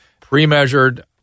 pre-measured